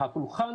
הפולחן,